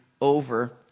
over